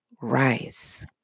rice